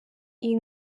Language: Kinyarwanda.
iyi